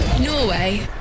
Norway